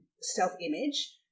self-image